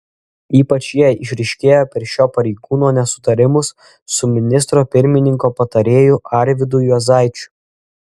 ypač jie išryškėjo per šio pareigūno nesutarimus su ministro pirmininko patarėju arvydu juozaičiu